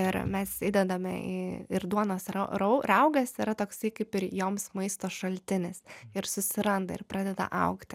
ir mes įdedame į ir duonos rau rau raugas yra toksai kaip ir joms maisto šaltinis ir susiranda ir pradeda augti